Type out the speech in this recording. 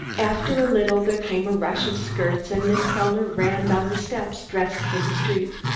after a little there came a rush of skirts, and miss kellner ran down the steps, dressed for the street.